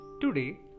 Today